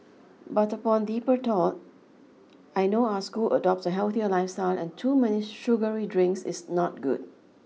but upon deeper thought I know our school adopts a healthier lifestyle and too many sugary drinks is not good